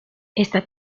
esta